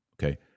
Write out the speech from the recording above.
Okay